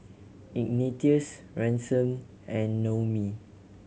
Ignatius Ransom and Noemie